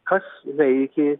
kas veikė